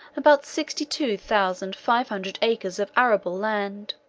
about sixty-two thousand five hundred acres of arable land.